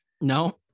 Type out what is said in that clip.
No